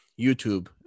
YouTube